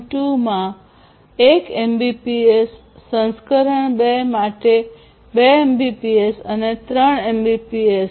2 માં 1 એમબીપીએસ સંસ્કરણ 2 માટે 2 એમબીપીએસ અને 3 એમબીપીએસ